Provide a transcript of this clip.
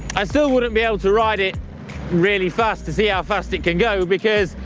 i still wouldn't be able to ride it really fast to see how fast it can go because,